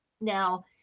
Now